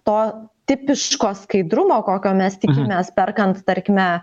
to tipiško skaidrumo kokio mes tikimės perkant tarkime